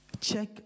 Check